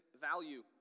value